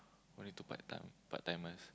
only two part time part timers